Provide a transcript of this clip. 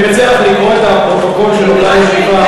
אני מציע לך לקרוא את הפרוטוקול של אותה ישיבה.